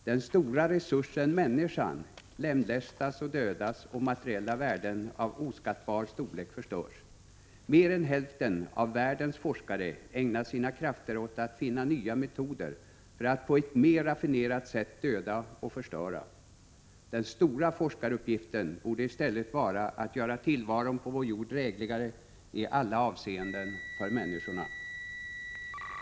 Den stora resursen människan lemlästas och dödas, och materiella värden av oskattbar storlek förstörs. Mer än hälften av världens forskare ägnar sina krafter åt att finna nya metoder för att på ett mer raffinerat sätt döda och förstöra. Den stora forskaruppgiften borde i stället vara att göra tillvaron på vår jord i alla avseenden drägligare för människorna.